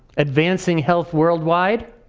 advancing health worldwide,